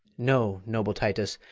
no, noble titus,